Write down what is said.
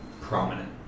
prominent